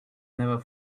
never